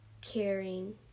Caring